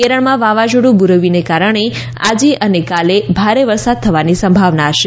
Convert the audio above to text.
કેરળમાં વાવાઝોડું બુરેવિને કારણે આજે અને કાલે ભારે વરસાદ થવાની સંભાવના છે